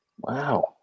wow